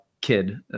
kid